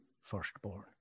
firstborn